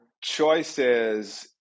choices